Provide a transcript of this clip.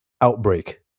Outbreak